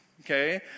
okay